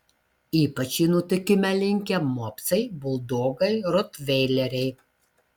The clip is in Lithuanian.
ypač į nutukimą linkę mopsai buldogai rotveileriai